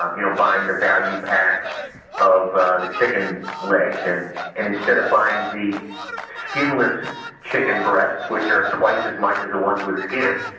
um you know, buying the value pack of the chicken legs, and and instead of buying the skinless chicken breasts, which are twice as much as the ones with skin,